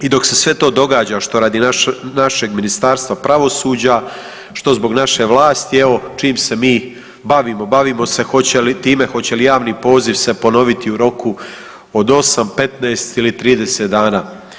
I dok se sve to događa što radi našeg Ministarstva pravosuđa, što zbog naše vlasti, evo čim se mi bavimo, bavimo se hoće li, time hoće li javni poziv se ponoviti u roku od 8, 15 ili 30 dana.